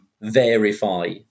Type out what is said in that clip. verify